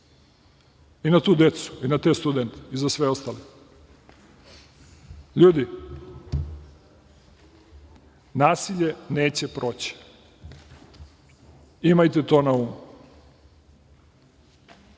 i na tu decu i na te studente i sve ostale, ljudi, nasilje neće proći, imajte to na umu.